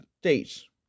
states